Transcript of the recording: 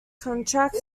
contract